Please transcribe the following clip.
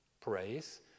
Praise